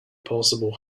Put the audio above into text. possible